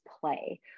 play